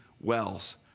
wells